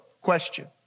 question